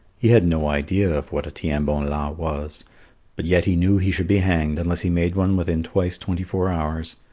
he had no idea of what a tiens-bon-la was but yet he knew he should be hanged unless he made one within twice twenty-four hours.